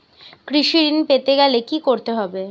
কৃষি ঋণ পেতে গেলে কি করতে হবে?